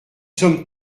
sommes